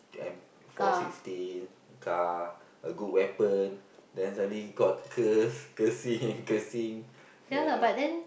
M four sixty car a good weapon then suddenly he got curse cursing and cursing ya